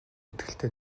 итгэлтэй